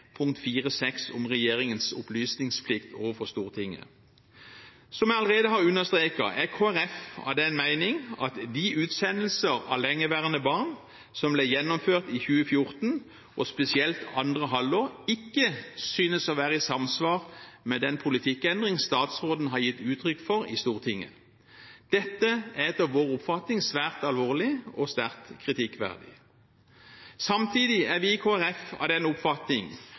om regjeringens opplysningsplikt overfor Stortinget. Som jeg allerede har understreket, er Kristelig Folkeparti av den mening at de utsendelser av lengeværende barn som ble gjennomført i 2014, og spesielt i andre halvår, ikke synes å være i samsvar med den politikkendring statsråden har gitt uttrykk for i Stortinget. Dette er etter vår oppfatning svært alvorlig og sterkt kritikkverdig. Samtidig er vi i Kristelig Folkeparti av den oppfatning